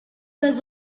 was